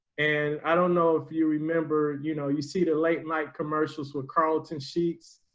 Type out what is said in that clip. and i don't know if you remember, you know, you see the late night commercials with carlton sheets,